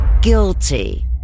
guilty